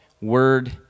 word